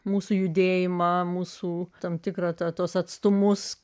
mūsų judėjimą mūsų tam tikrą tuos atstumus